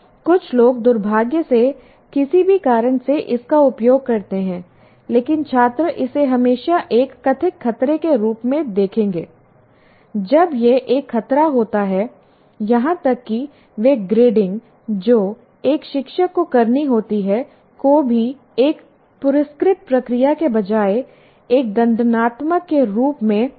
कुछ लोग दुर्भाग्य से किसी भी कारण से इसका उपयोग करते हैं लेकिन छात्र इसे हमेशा एक कथित खतरे के रूप में देखेंगे जब यह एक खतरा होता है यहां तक कि वे ग्रेडिंग जो एक शिक्षक को करनी होती है को भी एक पुरस्कृत प्रक्रिया के बजाय एक दंडात्मक के रूप में देखा जाता है